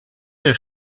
der